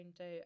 out